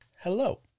Hello